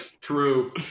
True